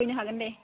फैनो हागोन दे